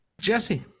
jesse